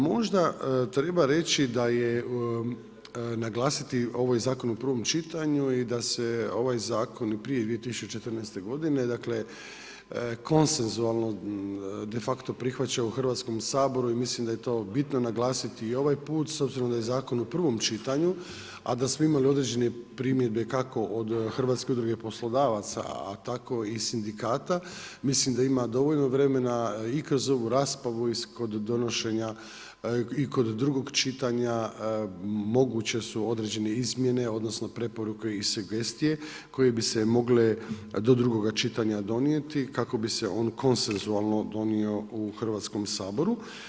Možda treba naglasiti da je zakon u prvom čitanju i da se ovaj zakon i prije 2014. godine konsensualno de facto prihvaća u Hrvatskom saboru i mislim da je to bitno naglasiti i ovaj put s obzirom da je zakon u prvom čitanju, a da smo imali određene primjedbe kako od HUP-a, a tako i sindikata mislim da ima dovoljno vremena i kroz ovu raspravu i kod donošenja i kod drugog čitanja moguće su određene izmjene odnosno preporuke i sugestije koje bi se mogle do drugoga čitanja donijeti kako bi se on konsensualno donio u Hrvatskom saboru.